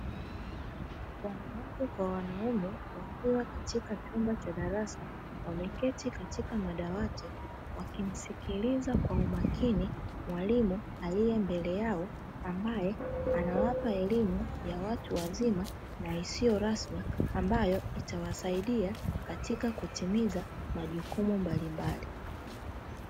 Wanawake kwa wanaume wakiwa katika chumba cha darasa, wameketi katika madawati wakimsikiliza kwa umakini mwalimu aliye mbele yao ambaye anawapa elimu ya watu wazima na isiyo rasmi, ambayo itawasaidia katika kutimiza majukumu mbalimbali.